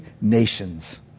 nations